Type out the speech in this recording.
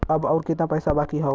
अब अउर कितना पईसा बाकी हव?